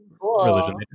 religion